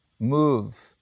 move